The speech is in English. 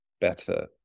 better